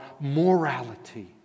morality